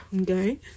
Okay